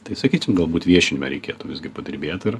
tai sakysim galbūt viešinime reikėtų visgi padirbėt ir